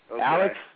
Alex